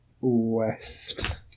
west